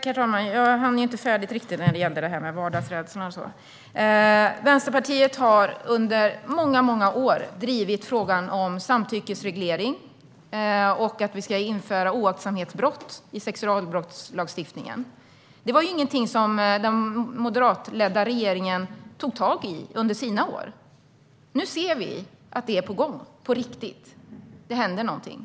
Herr talman! Jag hann inte riktigt tala färdigt när det gällde vardagsrädslan. Vänsterpartiet har under många år drivit frågan om samtyckesreglering och att vi ska införa oaktsamhetsbrott i sexualbrottslagstiftningen. Det var ingenting som den moderatledda regeringen tog tag i under sina år. Nu ser vi att det är på gång på riktigt. Det händer någonting.